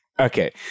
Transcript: Okay